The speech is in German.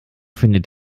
findet